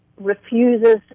refuses